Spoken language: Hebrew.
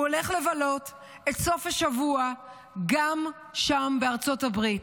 הוא גם הולך לבלות את סוף השבוע שם בארצות הברית.